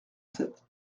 sept